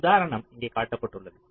ஒரு உதாரணம் இங்கே காட்டப்பட்டுள்ளது